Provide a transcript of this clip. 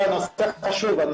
מורן בבקשה.